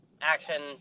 Action